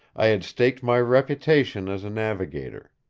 i had staked my reputation as a navigator.